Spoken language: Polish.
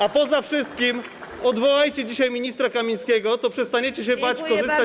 A poza wszystkim odwołajcie dzisiaj ministra Kamińskiego, to przestaniecie się bać korzystać.